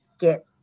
get